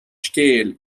scéal